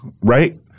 Right